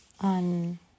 on